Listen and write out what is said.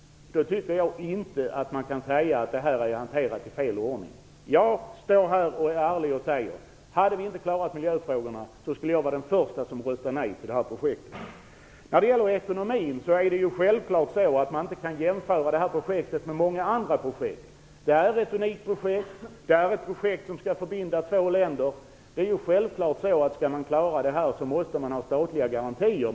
Då tycker jag inte att Olof Johansson kan säga att det här ärendet har hanterats i fel ordning. Jag står här och är ärlig och säger att jag skulle vara den första som skulle rösta nej till det här projektet om inte miljöfrågorna hade klarats av. När det gäller ekonomin kan man självfallet inte jämföra detta projekt med många andra projekt. Det här är ett unikt projekt. Det är ett projekt som skall förbinda två länder. Om man skall klara av detta måste det självfallet finnas statliga garantier.